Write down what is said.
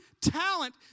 talent